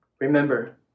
Remember